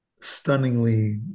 stunningly